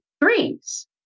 threes